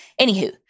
Anywho